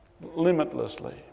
Limitlessly